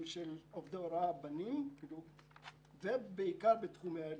של עובדי הוראה בנים ובעיקר בתחומי הליבה.